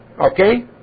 Okay